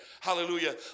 Hallelujah